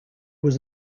was